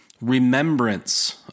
remembrance